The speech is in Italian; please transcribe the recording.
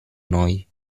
noi